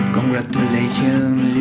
Congratulations